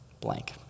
blank